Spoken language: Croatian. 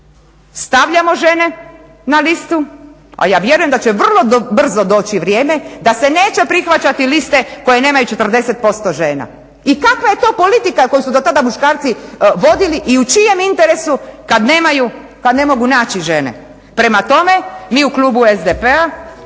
stavljamo žene na listu, a ja vjerujem da će vrlo brzo doći vrijeme da se neće prihvaćati liste koje nemaju 40% žena i kakva je to politika koju su do tada muškarci vodili i u čijem interesu kad nemaju pa ne mogu naći žene. Prema tome, mi u klubu SDP-a